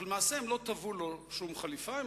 אבל למעשה הם לא טוו לו שום חליפה,